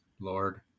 Lord